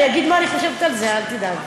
אני אגיד מה אני חושבת על זה, אל תדאג.